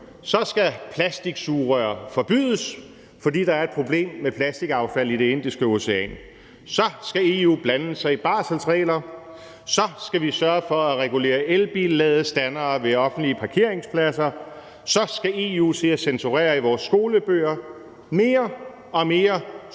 Så skal plastiksugerør forbydes, fordi der er et problem med plastikaffald i Det Indiske Ocean. Så skal EU blande sig i barselsregler. Så skal vi sørge for at regulere elbilladestandere ved offentlige parkeringspladser. Så skal EU til at censurere i vores skolebøger. Mere og mere